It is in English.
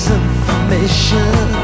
information